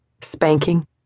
Spanking